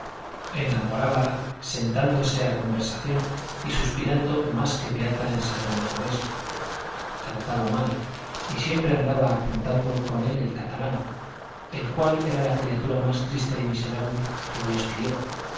enamorábala sentándose a conversación y suspirando más que beata en sermón de cuaresma cantaba mal y siempre andaba apuntando con él el catalán el cual era la criatura más triste y miserable que dios crió